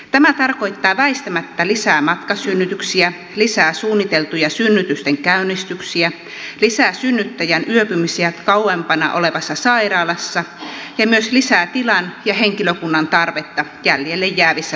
tämä tarkoittaa väistämättä lisää matkasynnytyksiä lisää suunniteltuja synnytysten käynnistyksiä lisää synnyttäjän yöpymisiä kauempana olevassa sairaalassa ja myös lisää tilan ja henkilökunnan tarvetta jäljelle jäävissä synnytyssairaaloissa